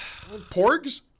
Porgs